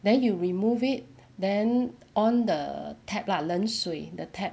then you remove it then on the tap lah 冷水的 tap